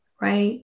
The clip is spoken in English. right